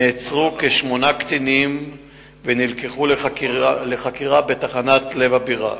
נעצרו כשמונה קטינים ונלקחו לחקירה בתחנת לב הבירה.